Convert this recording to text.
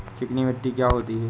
चिकनी मिट्टी क्या होती है?